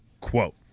quote